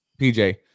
PJ